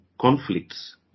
conflicts